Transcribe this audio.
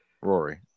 Rory